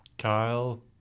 Kyle